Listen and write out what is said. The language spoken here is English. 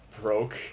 broke